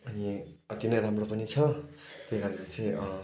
अनि अति नै राम्रो पनि छ त्यही कारणले चाहिँ